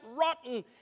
rotten